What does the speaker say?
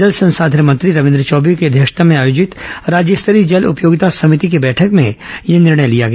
जल संसाधन मंत्री रविन्द्र चौबे की अध्यक्षता में आयोजित राज्य स्तरीय जल उपयोगिता सभिति की बैठक में यह निर्णय लिया गया